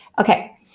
okay